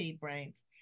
Brains